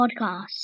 podcast